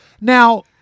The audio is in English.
Now